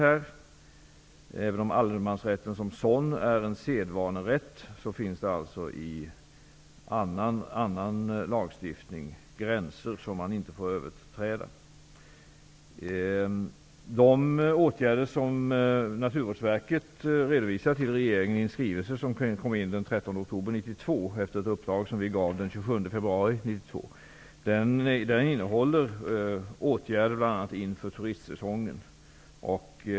Även om allemansrätten som sådan är en sedvanerätt finns det alltså i annan lagstiftning gränser som man inte får överträda. De åtgärder som Naturvårdsverket redovisar för regeringen i en skrivelse, vilken kom in den 13 oktober 1992 efter ett uppdrag vi gav den 27 februari 1992, innefattar bl.a. åtgärder inför turistsäsongen.